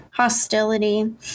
Hostility